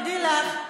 תדעי לך,